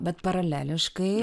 bet paraleliškai